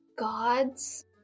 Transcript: Gods